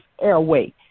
airway